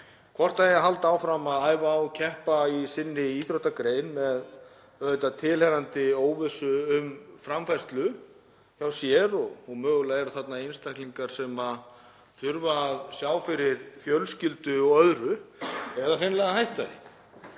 hvort það eigi að halda áfram að æfa og keppa í sinni íþróttagrein með tilheyrandi óvissu um framfærslu sína, og mögulega eru þarna einstaklingar sem þurfa að sjá fyrir fjölskyldu og öðrum, eða hreinlega að hætta því.